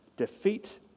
Defeat